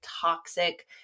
toxic